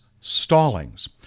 Stallings